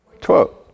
Twelve